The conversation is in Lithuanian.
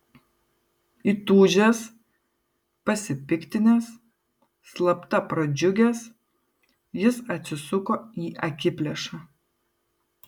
įtūžęs pasipiktinęs slapta pradžiugęs jis atsisuko į akiplėšą